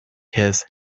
his